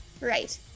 Right